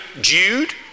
Jude